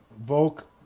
Volk